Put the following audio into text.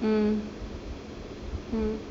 mm mm